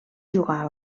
jugar